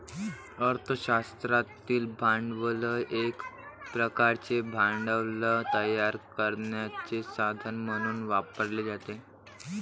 अर्थ शास्त्रातील भांडवल एक प्रकारचे भांडवल तयार करण्याचे साधन म्हणून वापरले जाते